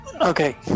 okay